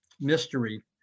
mystery